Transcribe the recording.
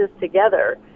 together